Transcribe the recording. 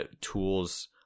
tools